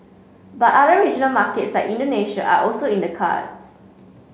but other regional markets like Indonesia are also in the cards